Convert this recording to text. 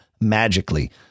magically